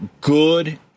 good